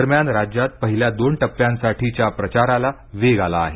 दरम्यान राज्यात पहिल्या दोन टप्प्यांसाठीच्या प्रचाराला वेग आला आहे